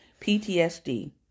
PTSD